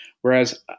Whereas